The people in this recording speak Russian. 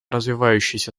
развивающиеся